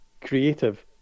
creative